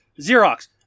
Xerox